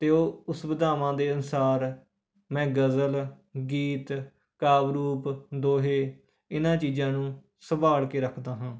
ਅਤੇ ਉਸ ਵਿਧਾਵਾਂ ਦੇ ਅਨੁਸਾਰ ਮੈਂ ਗਜ਼ਲ ਗੀਤ ਕਾਵਿ ਰੂਪ ਦੋਹੇ ਇਹਨਾਂ ਚੀਜ਼ਾਂ ਨੂੰ ਸੰਭਾਲ ਕੇ ਰੱਖਦਾ ਹਾਂ